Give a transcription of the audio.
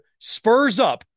SPURSUP